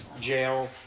jail